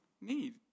need